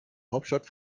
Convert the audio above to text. hauptstadt